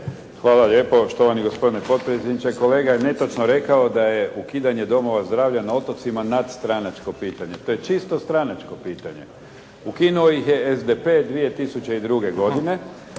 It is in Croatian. Hvala lijepo štovani gospodine potpredsjedniče. Kolega je netočno rekao da je ukidanje domova zdravlja na otocima nadstranačko pitanje. To je čisto stranačko pitanje. Ukinuo ih je SDP 2002. godine